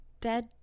dead